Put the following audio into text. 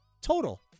total